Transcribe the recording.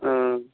ओऽ